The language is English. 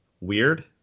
weird